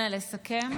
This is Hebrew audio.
אנא לסכם.